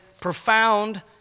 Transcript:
profound